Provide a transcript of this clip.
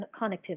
connectivity